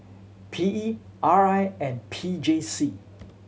P E R I and P J C